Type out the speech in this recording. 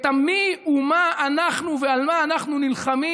את המי ומה אנחנו ועל מה אנחנו נלחמים.